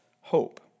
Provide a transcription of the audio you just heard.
hope